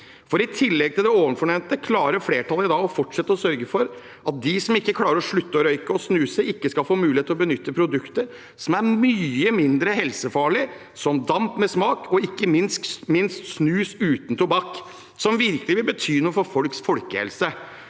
I tillegg til det ovenfornevnte klarer flertallet i dag å fortsette å sørge for at de som ikke klarer å slutte å røyke og snuse, ikke skal få muligheten til å benytte produkter som er mye mindre helsefarlige, som damp med smak og ikke minst snus uten tobakk, som virkelig vil bety noe for folks folkehelse.